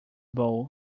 buoy